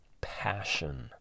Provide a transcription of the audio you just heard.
passion